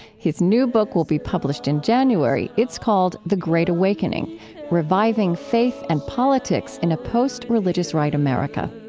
his new book will be published in january. it's called the great awakening reviving faith and politics in a post-religious right america